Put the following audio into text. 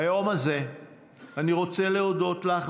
ביום הזה אני רוצה להודות לך,